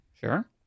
Sure